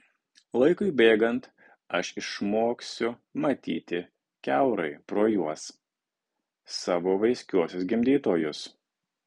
laikui bėgant aš išmoksiu matyti kiaurai pro juos savo vaiskiuosius gimdytojus